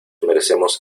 merecemos